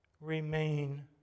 remain